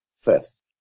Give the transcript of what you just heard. first